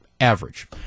average